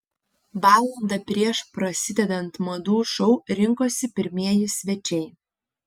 valandą prieš prasidedant madų šou rinkosi pirmieji svečiai